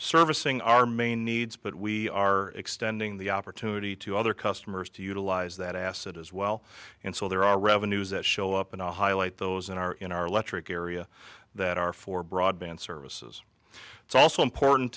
servicing our main needs but we are extending the opportunity to other customers to utilize that asset as well and so there are revenues that show up and i highlight those in our in our electric area that are for broadband services it's also important